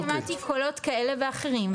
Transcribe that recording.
אני שמעתי קולות כאלה ואחרים.